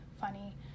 funny